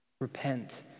Repent